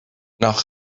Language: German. nach